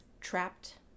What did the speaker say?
trapped